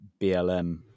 BLM